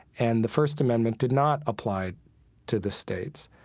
and the first amendment did not apply to the states.